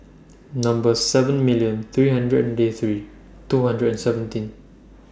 Number seven million three hundred and ninety three two hundred and seventeen